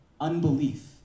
unbelief